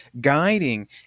guiding